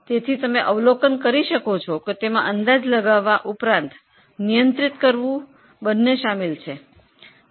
તેથી તમે જોઈ શકો છો કે તેમાં અંદાજ અને નિયંત્રિત બંને સામેલ છે